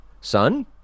son